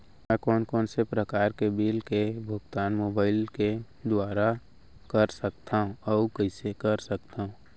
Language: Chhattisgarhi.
मैं कोन कोन से प्रकार के बिल के भुगतान मोबाईल के दुवारा कर सकथव अऊ कइसे कर सकथव?